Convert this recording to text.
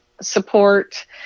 support